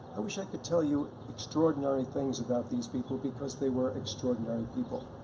i wish i could tell you extraordinary things about these people because they were extraordinary people.